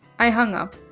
i hung up.